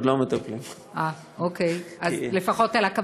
עוד לא מטפלים.